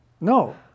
No